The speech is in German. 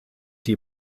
die